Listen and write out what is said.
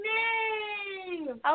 name